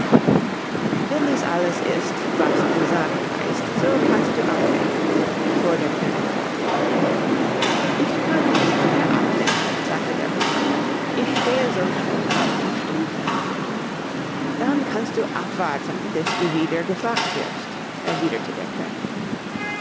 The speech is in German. wenn dies alles ist was du zu sagen weißt so kannst du abtreten fuhr der könig fort ich kann nichts mehr abtreten sagte der hutmacher ich stehe so schon auf den strümpfen dann kannst du abwarten bis du wieder gefragt wirst erwiederte der könig